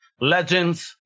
legends